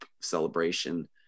celebration